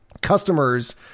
customers